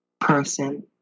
Person